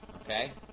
Okay